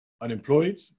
unemployed